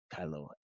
Kylo